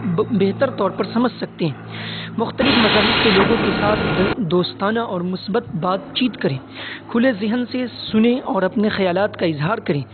بہتر طور پر سمجھ سکتے ہیں مختلف مذاہب کے لوگوں کے ساتھ دوستانہ اور مثبت بات چیت کریں کھلے ذہن سے سنیں اور اپنے خیالات کا اظہار کریں